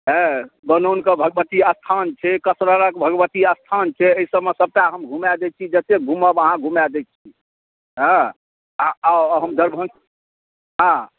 हऽ गनौन कऽ भगबती स्थान छै कसररक भगबती स्थान छै एहि सभमे सभटा हम घुमै दै छी जतेक अहाँ घुमब अहाँ घुमाय दै छी हँ आ आउ हम दरभङ्गा हँ